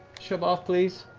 shove off, please.